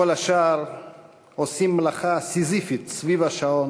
כל השאר עושים מלאכה סיזיפית סביב השעון